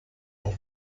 the